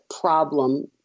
problem